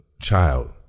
child